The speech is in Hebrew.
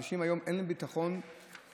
לאנשים היום אין ביטחון מחייתי,